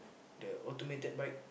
the automated bike